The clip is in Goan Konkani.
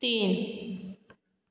तीन